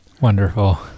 wonderful